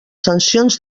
sancions